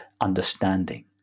understanding